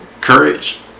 courage